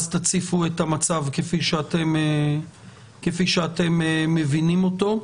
אז תציפו את המצב כפי שאתם מבינים אותו,